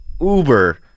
uber